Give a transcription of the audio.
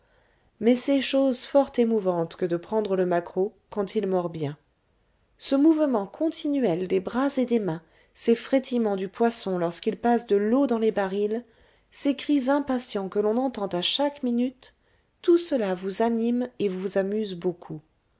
mais c'est chose fort émouvante que de prendre le maquereau quand il mord bien ce mouvement continuel des bras et des mains ces frétillements du poisson lorsqu'il passe de l'eau dans les barils ces cris impatients que l'on entend à chaque minute tout cela vous anime et vous amuse beaucoup